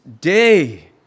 day